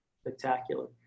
Spectacular